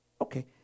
Okay